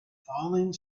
falling